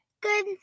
Good